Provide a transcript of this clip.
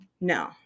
no